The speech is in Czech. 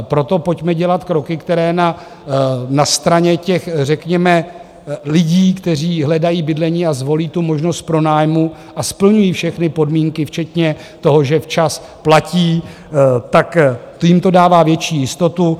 Proto pojďme dělat kroky, které na straně těch řekněme lidí, kteří hledají bydlení a zvolí tu možnost pronájmu a splňují všechny podmínky, včetně toho, že včas platí, tak jim to dává větší jistotu.